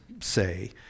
say